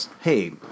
Hey